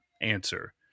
answer